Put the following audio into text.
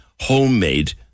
homemade